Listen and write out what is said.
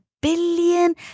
billion